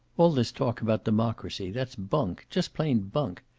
all this talk about democracy that's bunk. just plain bunk.